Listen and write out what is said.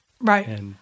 Right